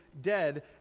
dead